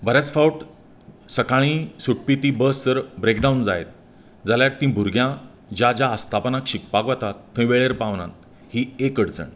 बऱ्याच फावट सकाळी सुटपी ती बस जर ब्रेक डावन जायत जाल्यार ती भुरग्यां ज्या ज्या आस्थापनांत शिकपाक वतात थंय वेळेर पावना ही एक अडचण